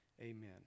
Amen